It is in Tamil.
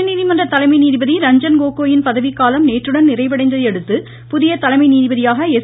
உச்சநீதிமன்ற தலைமை நீதிபதி ரஞ்சன் கோகோயின் பதவிக்காலம் நேற்றுடன் நிறைவடைந்ததை அடுத்து புதிய தலைமை நீதிபதியாக எஸ்